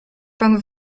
pan